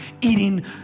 eating